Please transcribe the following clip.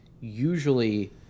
usually